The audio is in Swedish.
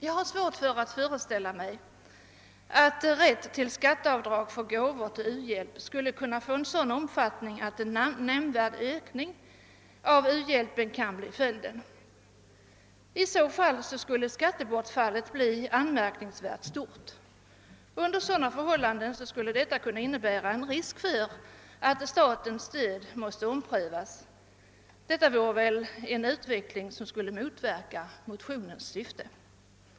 Jag har svårt att föreställa mig att rätt till skatteavdrag för gåvor till u-hjälp skulle kunna få en sådan omfattning att en nämnvärd ökning av u-hjälpen kan bli följden. I så fall skulle skattebortfallet bli anmärkningsvärt stort. Det kunde innebära risk för att statens stöd måste omprövas, vilket väl skulle motverka motionens syfte.